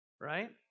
right